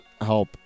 help